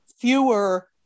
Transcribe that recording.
fewer